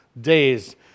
days